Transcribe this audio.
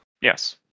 Yes